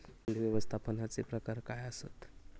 कीड व्यवस्थापनाचे प्रकार काय आसत?